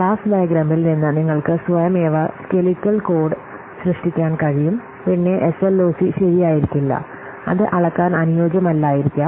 class ഡയഗ്രാമിൽ നിന്ന് നിങ്ങൾക്ക് സ്വയമേവ സ്കെലിട്ടൽ കോഡ് സൃഷ്ടിക്കാൻ കഴിയും പിന്നെ എസ്എൽഓസി ശരിയായിരിക്കില്ല അത് അളക്കാൻ അനുയോജ്യമല്ലായിരിക്കാം